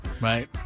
right